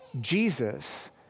Jesus